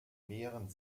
mehren